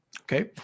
Okay